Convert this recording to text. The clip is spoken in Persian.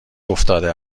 افتاده